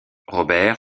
robert